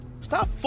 Stop